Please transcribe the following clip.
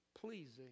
pleasing